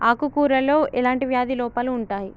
ఆకు కూరలో ఎలాంటి వ్యాధి లోపాలు ఉంటాయి?